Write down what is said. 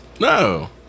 No